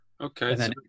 Okay